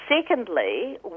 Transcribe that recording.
Secondly